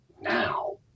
now